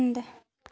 बंद